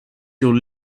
your